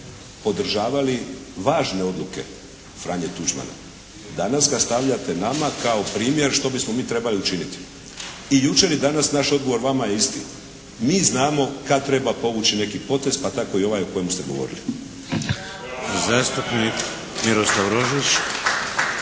podržavali važne odluke Franje Tuđmana. Danas ga stavljate nama kao primjer što bismo mi trebali učiniti. I jučer i danas naš odgovor vama je isti. Mi znamo kad treba povući neki potez, pa tako i ovaj o kojem ste govorili.